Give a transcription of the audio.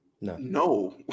No